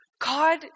God